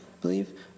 believe